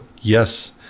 Yes